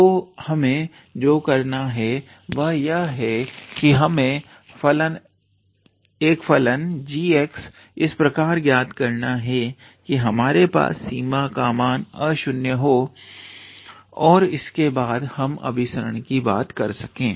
तो हमें जो करना है वह यह है कि हमें एक फलन g इस प्रकार ज्ञात करना है की हमारे पास सीमा का मान अशून्य हो और इसके बाद हम अभिसरण की बात कर सकते हैं